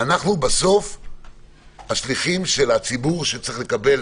אנחנו בסוף השליחים של הציבור שצריך לקבל